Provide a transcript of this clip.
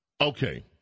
Okay